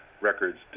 records